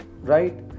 right